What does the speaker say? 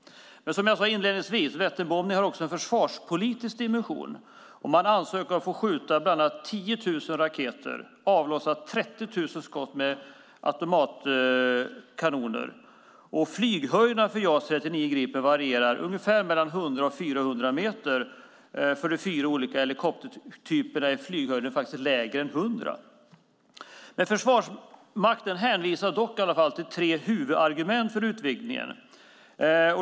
Som jag sade inledningsvis har Vätternbombningen också en försvarspolitisk dimension. Man ansöker om att få skjuta bland annat 10 000 raketer och avlossa 30 000 skott med automatkanoner. Flyghöjden för JAS 39 Gripen varierar från ungefär 100 till 400 meter. För de fyra olika helikoptertyperna är flyghöjden lägre än 100 meter. Försvarsmakten hänvisar till tre huvudargument för utvidgningen.